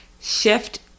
Shift